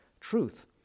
truth